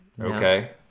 Okay